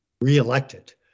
reelected